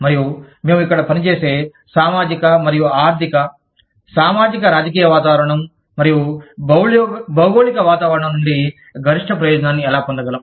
మరియు మేము ఇక్కడ పనిచేసే సామాజిక ఆర్థిక మరియు సామాజిక రాజకీయ వాతావరణం మరియు భౌగోళిక వాతావరణం నుండి గరిష్ట ప్రయోజనాన్ని ఎలా పొందగలం